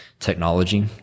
technology